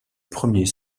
premier